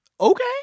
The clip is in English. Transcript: okay